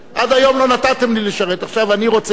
עד היום לא נתתם לי לשרת, עכשיו אני רוצה לשרת.